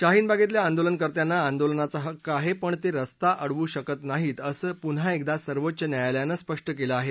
शाहीन बगेतल्या आंदोलनकर्त्यांना आंदोलनाचा हक्क आहे पण ते रस्ता अडवू शकत नाही असं पुन्हा एकदा सर्वोच्च न्यायालयानं स्पष्ट केलं आहे